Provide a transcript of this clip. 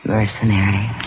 Mercenary